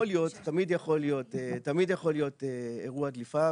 אז יכול להיות, תמיד יכול להיות אירוע דליפה.